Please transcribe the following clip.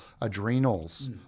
adrenals